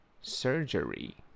surgery